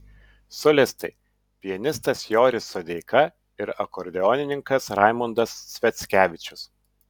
solistai pianistas joris sodeika ir akordeonininkas raimundas sviackevičius